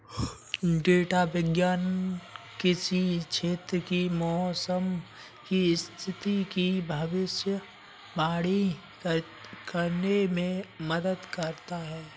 data विज्ञान किसी क्षेत्र की मौसम की स्थिति की भविष्यवाणी करने में मदद करता है